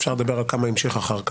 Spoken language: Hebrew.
אפשר לדבר על כמה המשיך אחר כך,